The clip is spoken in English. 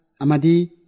amadi